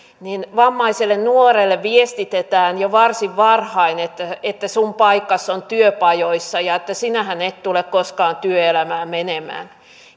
vammaiselle nuorelle viestitetään jo varsin varhain että että sinun paikkasi on työpajoissa ja että sinähän et tule koskaan työelämään menemään